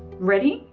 ready?